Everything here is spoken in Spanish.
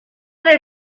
del